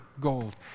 gold